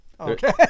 okay